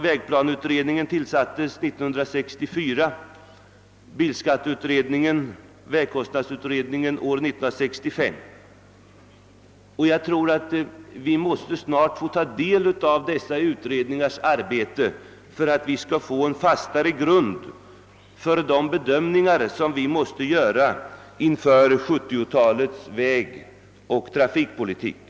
Vägplaneutredningen tillsattes ju år 1964 och bilskatteutredningen och vägkostnadsutredningen år 1965. Vi måste snart få ta del av dessa utredningars arbete för att kunna få en fast grund för de bedömningar vi måste göra inför 1970-talets vägoch trafikpolitik.